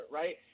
right